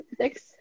six